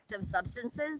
substances